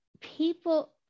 people